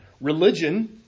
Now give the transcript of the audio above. Religion